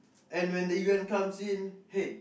and when the U_N comes in hey